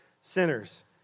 sinners